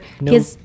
No